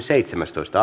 asia